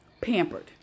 pampered